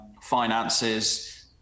finances